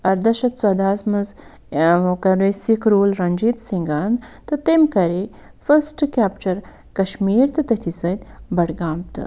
اَرداہ شَتھ ژوٚدہَس منٛز سِکھ روٗل رٔنجٮیٖت سِنگَن تہٕ تٔمۍ کَرے فٔسٹ کٮ۪پچر کَشمیٖر تہٕ تٔتھی سۭتۍ بڈگام تہٕ